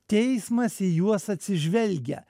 teismas į juos atsižvelgia